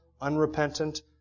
unrepentant